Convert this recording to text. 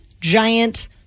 giant